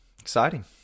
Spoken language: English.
Exciting